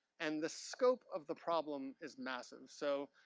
and the scope of the problem is massive. so,